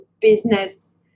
business